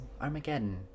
Armageddon